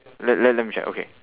let let let me check okay